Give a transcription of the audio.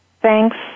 thanks